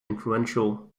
influential